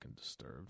disturbed